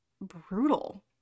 brutal